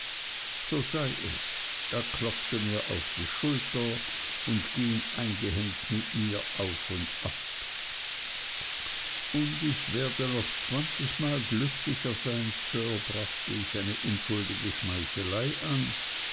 so sei es er klopfte mir auf die schulter und ging eingehängt mit mir auf und ab und ich werde noch zwanzigmal glücklicher sein sir brachte ich eine unschuldige schmeichelei an